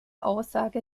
aussage